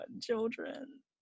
children